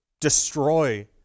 destroy